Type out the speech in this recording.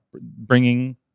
bringing